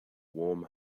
warm